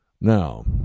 Now